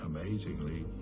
Amazingly